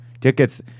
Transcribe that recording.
tickets